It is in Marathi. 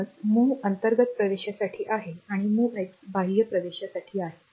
म्हणूनच MOV अंतर्गत प्रवेशासाठी आहे आणि MOVX बाह्य प्रवेशासाठी आहे